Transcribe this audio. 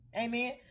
amen